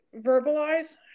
verbalize